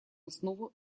основу